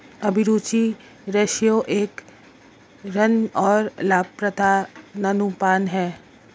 अभिरुचि रेश्यो एक ऋण और लाभप्रदता अनुपात है